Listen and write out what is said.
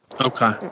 Okay